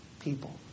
people